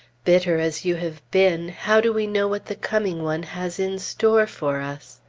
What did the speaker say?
bitter as you have been, how do we know what the coming one has in store for us?